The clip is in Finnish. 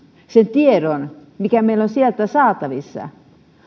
tiedon mikä meillä on sieltä saatavissa